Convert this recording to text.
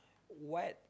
what